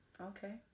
Okay